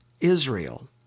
Israel